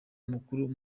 mukuru